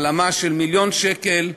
העלמה של מיליון שקל,